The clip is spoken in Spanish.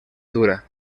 dura